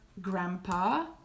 grandpa